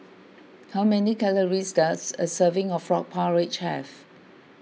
how many calories does a serving of Frog Porridge have